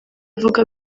bavuga